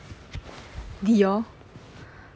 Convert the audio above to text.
Dior